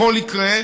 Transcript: הכול יקרה,